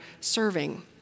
serving